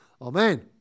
Amen